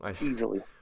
Easily